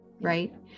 right